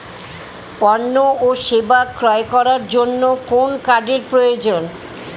পণ্য ও সেবা ক্রয় করার জন্য কোন কার্ডের প্রয়োজন?